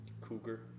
Cougar